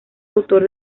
autor